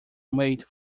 weight